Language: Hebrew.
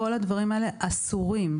כל הדברים האלה אסורים.